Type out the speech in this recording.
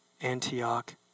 Antioch